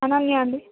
అలాగే అండి